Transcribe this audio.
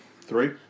Three